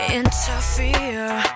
interfere